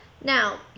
Now